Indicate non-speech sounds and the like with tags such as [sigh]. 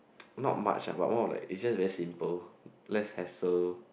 [noise] not much ah but more of like is just very simple less hassle